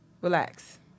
Relax